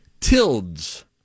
Tildes